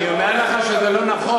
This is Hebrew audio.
מי שלא הולך, אני אומר לך שזה לא נכון.